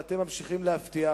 ואתם ממשיכים להבטיח,